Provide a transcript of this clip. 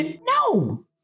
No